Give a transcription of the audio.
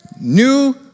new